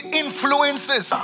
influences